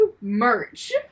merch